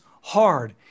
hard